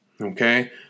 okay